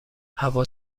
هوا